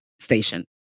station